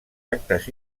actes